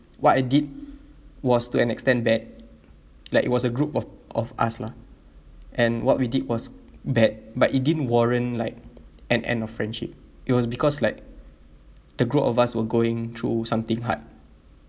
what I did was to an extent bad like it was a group of of us lah and what we did was bad but it didn't warrant like an end of friendship it was because like the group of us were going through something hard